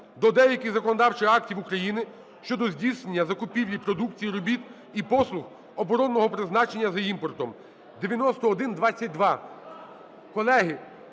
до деяких законодавчих актів України щодо здійснення закупівлі продукції, робіт і послуг оборонного призначення за імпортом (9122).